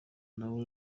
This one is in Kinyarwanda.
nawe